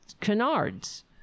canards